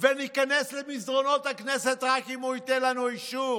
ולהיכנס למסדרונות הכנסת רק אם הוא ייתן לנו אישור.